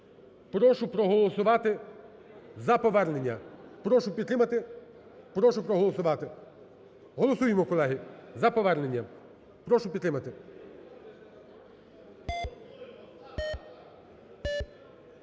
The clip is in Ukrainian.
Прошу проголосувати за повернення. Прошу підтримати, прошу проголосувати. Голосуємо, колеги, за повернення. Прошу підтримати.